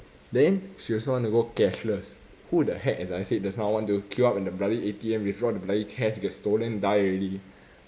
then she also want to go cashless who the heck as I said just now want to queue up in the bloody A_T_M withdraw the bloody cash get stolen die already